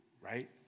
Right